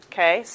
Okay